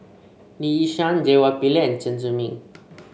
Lee Yi Shyan J Y Pillay Chen Zhiming